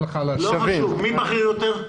מי בכיר יותר?